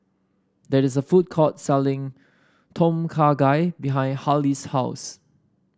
there is a food court selling Tom Kha Gai behind Haley's house